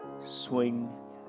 swing